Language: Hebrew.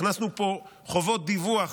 הכנסנו פה חובות דיווח